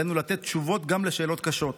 עלינו לתת תשובות גם לשאלות קשות,